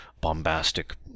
bombastic